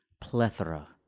plethora